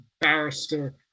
barrister